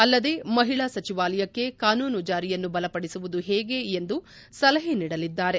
ಅಲ್ಲದೇ ಮಹಿಳಾ ಸಚಿವಾಲಯಕ್ಕೆ ಕಾನೂನು ಜಾರಿಯನ್ನು ಬಲಪಡಿಸುವುದು ಹೇಗೆ ಎಂದು ಸಲಹೆ ನೀಡಲಿದ್ದಾರೆ